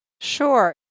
Sure